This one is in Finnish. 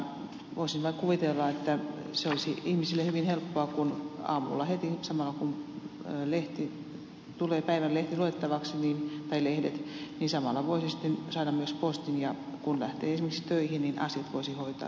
voisin vain kuvitella että se olisi ihmisille hyvin helppoa kun aamulla heti samalla kun tulee päivän lehti tai lehdet luettavaksi voisi sitten saada myös postin ja kun lähtee esimerkiksi töihin asiat voisi hoitaa saman tien